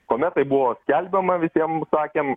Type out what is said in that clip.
kuomet tai buvo skelbiama visiem sakėm